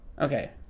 okay